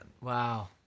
Wow